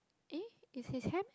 eh is his hand